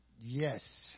Yes